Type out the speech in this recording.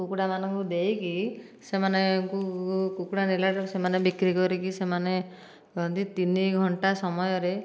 କୁକୁଡ଼ାମାନଙ୍କୁ ଦେଇକି ସେମାନଙ୍କୁ କୁକୁଡ଼ା ନେଲା ଠାରୁ ସେମାନେ ବିକ୍ରି କରିକି ସେମାନେ ଦୁଇ ତିନି ଘଣ୍ଟା ସମୟରେ